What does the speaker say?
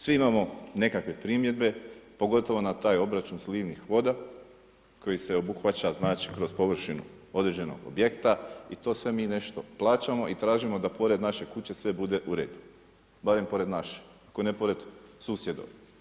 Svi imamo nekakve primjedbe, pogotovo na taj obračun slivnih voda koji se obuhvaća znači kroz površinu određenog objekta i to sve mi nešto plaćamo i tražimo da pored naše kuće sve bude u redu, barem pored naše ako ne pored susjedove.